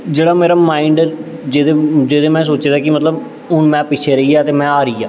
जेह्ड़ा मेरा माइंड ऐ जेह्दे जेह्दे च में सोच्चे दा कि मतलब हून में पिच्छें रेही गेआ ते में हारी गेआ